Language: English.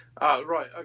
Right